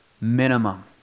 minimum